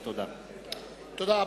תודה רבה.